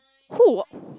who